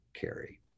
carry